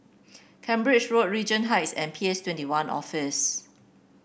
Cambridge Road Regent Heights and P S Twenty One Office